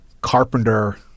Carpenter